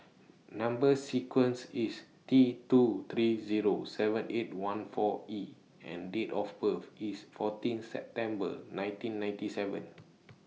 Number sequence IS T two three Zero seven eight one four E and Date of birth IS fourteen September nineteen ninety seven